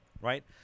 right